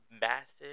massive